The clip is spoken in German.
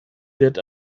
wird